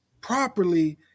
properly